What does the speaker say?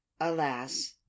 alas